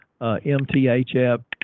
MTHF